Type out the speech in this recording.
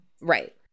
Right